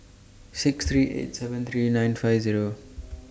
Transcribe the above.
six three eight seven three nine five Zero